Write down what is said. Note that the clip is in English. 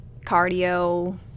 cardio